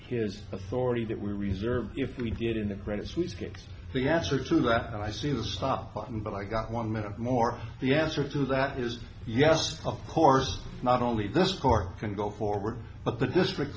his authority that we reserve if we did in the credit suisse get the answer to that and i see the stop button but i got one minute more the answer to that is yes of course not only this court can go forward but the district